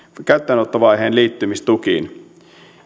käyttöönottovaiheen liittymistukiin